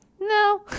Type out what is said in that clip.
No